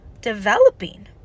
developing